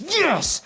yes